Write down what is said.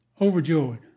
Overjoyed